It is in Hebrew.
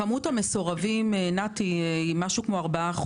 כמות המסורבים היא משהו כמו 4%,